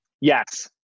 Yes